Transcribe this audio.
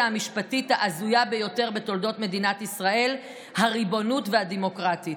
המשפטית ההזויה ביותר בתולדות מדינת ישראל הריבונית והדמוקרטית.